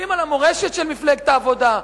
כשמסתכלים על המורשת של מפלגת העבודה,